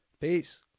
Peace